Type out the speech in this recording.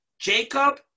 Jacob